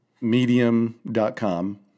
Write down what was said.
medium.com